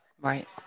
Right